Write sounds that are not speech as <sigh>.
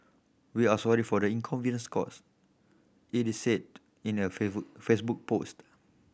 we are sorry for the inconvenience caused it is said in a <unintelligible> Facebook post